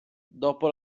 dopo